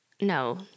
No